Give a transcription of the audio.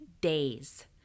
days